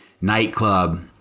nightclub